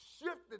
shifted